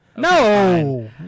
No